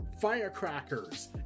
firecrackers